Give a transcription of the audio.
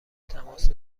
تماس